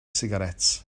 sigaréts